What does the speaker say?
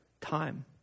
time